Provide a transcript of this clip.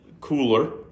cooler